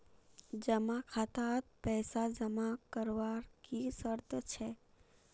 जमा खातात पैसा जमा करवार की शर्त छे?